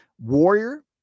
Warrior